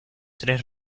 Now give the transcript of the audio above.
tres